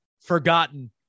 forgotten